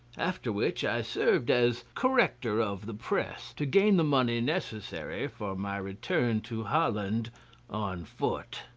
after which i served as corrector of the press to gain the money necessary for my return to holland on foot.